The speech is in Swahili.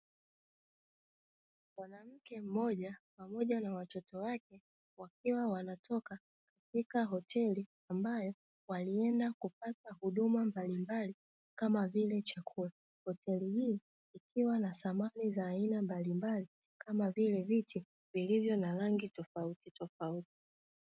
Mwanamke mmoja pamoja na watoto wake wakiwa wanatoka katika hoteli ambayo walienda kupata huduma mbalimbali kama vile chakula, hoteli hii ikiwa na samani za aina mbalimbali kama vile viti vilivyo na rangi tofautitofauti.